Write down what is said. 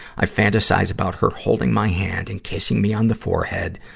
i fantasize about her holding my hand and kissing me on the forehead,